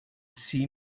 see